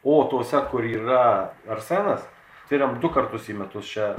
o tuose kur yra arsenas tiriam du kartus į metus čia